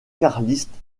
carliste